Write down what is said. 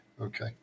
Okay